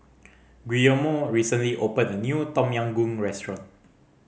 Guillermo recently opened a new Tom Yam Goong restaurant